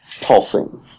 pulsing